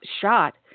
shot